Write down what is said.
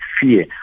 fear